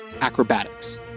acrobatics